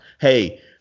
Hey